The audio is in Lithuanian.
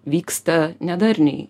vyksta nedarniai